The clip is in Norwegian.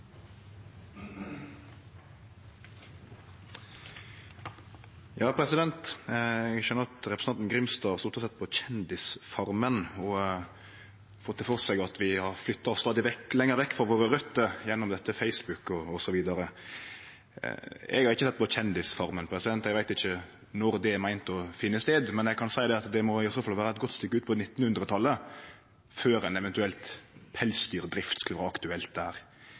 Eg skjøner at representanten Grimstad har sete og sett på Kjendis-Farmen og fått det for seg at vi flyttar oss stadig lenger vekk frå røtene våre gjennom Facebook osv. Eg har ikkje sett på Kjendis-Farmen, eg veit ikkje når det er meint å finne stad, men eg kan seie at det må i så fall vere eit godt stykke utpå 1900-talet før ei eventuell pelsdyrdrift skulle vere aktuelt der.